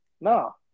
No